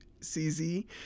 CZ